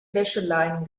wäscheleinen